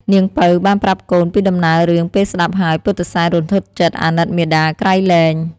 នាងពៅបានប្រាប់កូនពីដំណើររឿងពេលស្តាប់ហើយពុទ្ធិសែនរន្ធត់ចិត្តអាណិតមាតាក្រៃលែង។